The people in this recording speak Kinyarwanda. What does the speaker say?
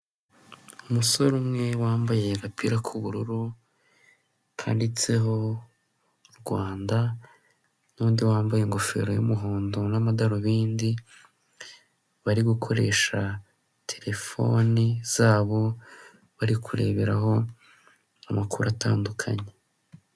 Umusore umwe wambaye agapira k'ubururu kanditseho Rwanda n'undi wambaye ingofero y'umuhondo n'amadarubindi bari gukoresha telefone zabo bari kureberaho amakuru atandukanye.